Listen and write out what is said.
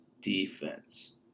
defense